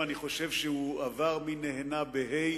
בפרוטוקול הכנסת,